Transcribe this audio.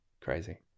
Crazy